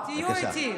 בבקשה.